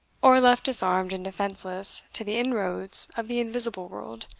or left disarmed and defenceless to the inroads of the invisible world,